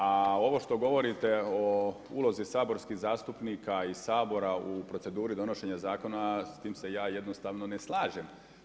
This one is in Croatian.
A ovo što govorite o ulozi saborskih zastupnika i Sabora u proceduri donošenja zakona, s tim se ja jednostavno ne slažem.